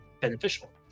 beneficial